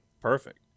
perfect